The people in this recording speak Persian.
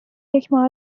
یکماه